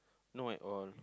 not at all